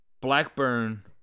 Blackburn